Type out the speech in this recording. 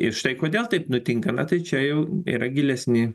ir štai kodėl taip nutinka na tai čia jau yra gilesni